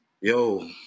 yo